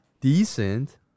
decent